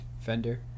Fender